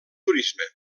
turisme